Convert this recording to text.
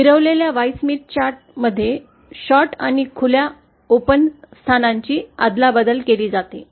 फिरवलेल्या Y Smith chart मध्ये आणि खुल्या स्थानांची अदलाबदल केली जाते